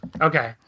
Okay